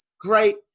great